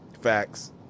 Facts